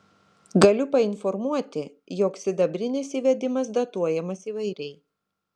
galiu painformuoti jog sidabrinės įvedimas datuojamas įvairiai